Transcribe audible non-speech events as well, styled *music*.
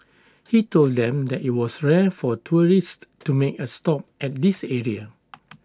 he told them that IT was rare for tourists to make A stop at this area *noise*